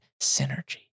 synergy